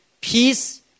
peace